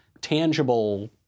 tangible